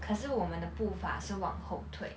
可是我们的步伐是往后退